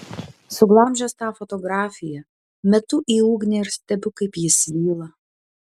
suglamžęs tą fotografiją metu į ugnį ir stebiu kaip ji svyla